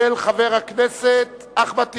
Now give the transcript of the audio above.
של חבר הכנסת אחמד טיבי.